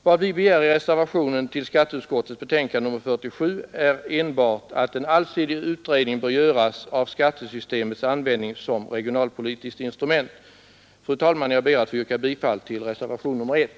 Vad vi begär i reservationen till skatteutskottets betänkande nr 47 är enbart att en allsidig utredning bör göras av skattesystemets användning som regionalpolitiskt instrument. Fru talman, jag ber att få yrka bifall till reservationen 1.